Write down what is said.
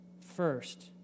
first